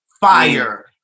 Fire